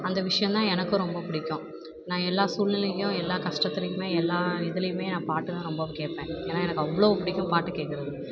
அந்த விஷயம் தான் எனக்கும் ரொம்ப பிடிக்கும் நான் எல்லா சூழ்நிலையிலையும் எல்லா கஷ்டத்துலையுமே எல்லா இதுலேயுமே நான் பாட்டுதான் ரொம்ப கேட்பேன் ஏன்னா எனக்கு அவ்வளவு பிடிக்கும் பாட்டு கேட்குறதுக்கு